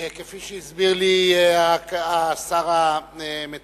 כפי שהסביר לי השר המתאם,